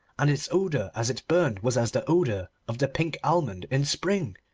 and its odour as it burned was as the odour of the pink almond in spring.